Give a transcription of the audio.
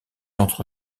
entre